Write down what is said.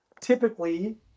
typically